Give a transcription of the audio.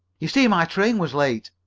you see, my train was late,